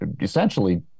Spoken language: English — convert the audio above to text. essentially